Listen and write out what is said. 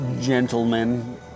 gentlemen